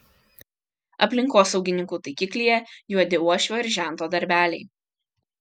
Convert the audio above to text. aplinkosaugininkų taikiklyje juodi uošvio ir žento darbeliai